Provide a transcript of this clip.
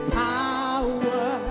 power